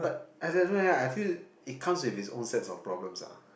as in I feel it comes with its own set of problems lah